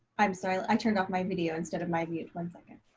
i'm sorry. i turned off my video instead of my mute. one second.